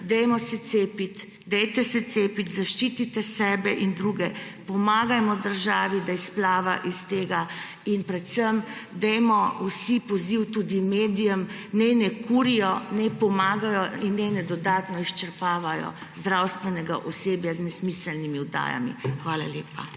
dajmo se cepiti, dajte se cepiti, zaščitite sebe in druge, pomagajmo državi, da izplava iz tega in predvsem, dajmo vsi poziv, tudi medijem, naj ne kurijo, naj pomagajo in naj ne dodatno izčrpavajo zdravstvenega osebja z nesmiselnimi oddajami. Hvala lepa.